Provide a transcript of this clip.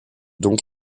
donc